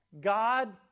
God